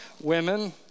women